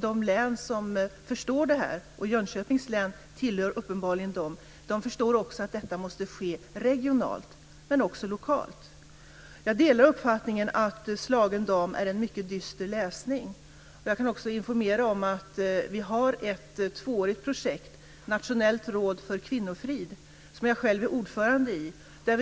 de län som förstår det här - och Jönköpings län tillhör uppenbarligen dem - förstår att det här måste ske regionalt men också lokalt. Jag delar uppfattningen att Slagen dam är en mycket dyster läsning. Jag kan också informera om att vi har ett tvåårigt projekt, Nationellt råd för kvinnofrid, som jag själv är ordförande för.